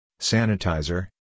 sanitizer